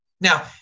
Now